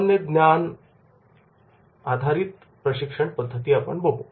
सामान्य ज्ञान आकरीत हा प्रशिक्षण पद्धती बघू